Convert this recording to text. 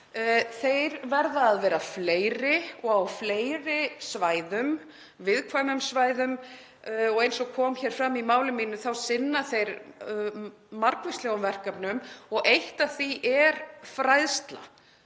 þeir verða að vera fleiri og á fleiri svæðum, viðkvæmum svæðum. Eins og kom fram í máli mínu þá sinna þeir margvíslegum verkefnum og eitt af því er fræðsla.